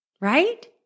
right